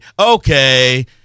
okay